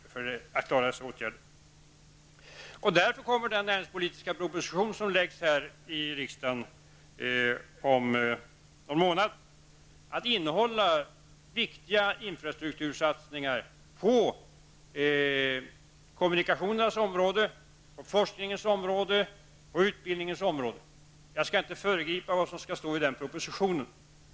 Om någon månad kommer regeringen att lägga fram en näringspolitisk proposition här i riksdagen. Den kommer att innehålla förslag till viktiga infrastruktursatsningar när det gäller kommunikationsområdet, forskningsområdet och utbildningsområdet. Jag skall inte föregripa propositionen.